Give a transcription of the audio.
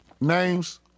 Names